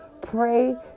Pray